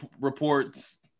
reports